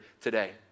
today